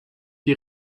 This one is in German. die